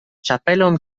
ĉapelon